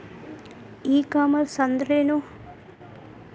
E commerce ಅಂದ್ರೇನು?